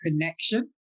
connection